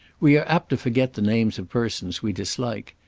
we are apt to forget the names of persons we dislike.